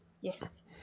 Yes